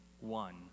one